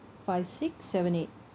five six seven eight